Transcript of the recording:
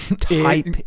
type